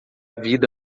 vida